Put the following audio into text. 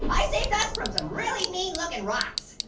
i saved us from some really mean-looking rocks.